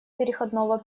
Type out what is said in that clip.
переходного